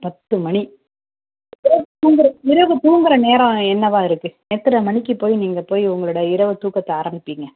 பத்துமணி இரவு தூங்குகிற இரவு தூங்குகிற நேரம் என்னவாகயிருக்கு எத்தனை மணிக்கு போய் நீங்கள் போய் உங்களோடய இரவு தூக்கத்தை ஆரம்பிப்பீங்க